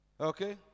Okay